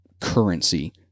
currency